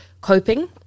coping